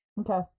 Okay